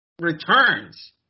returns